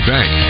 Bank